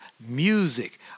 music